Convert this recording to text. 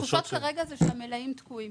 התחושות כרגע זה שהמלאים תקועים